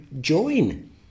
join